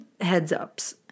heads-ups